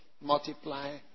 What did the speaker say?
multiply